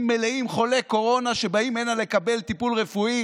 מלאים חולי קורונה שבאים הנה לקבל טיפול רפואי,